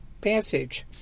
passage